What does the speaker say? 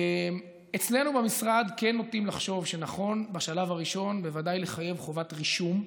אצלנו במשרד כן נוטים לחשוב שנכון בשלב הראשון בוודאי לחייב חובת רישום.